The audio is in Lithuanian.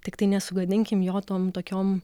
tiktai nesugadinkim jo tom tokiom